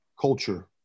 culture